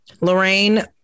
lorraine